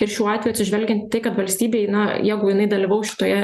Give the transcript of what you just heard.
ir šiuo atveju atsižvelgiant į tai kad valstybei na jeigu jinai dalyvaus šitoje